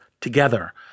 together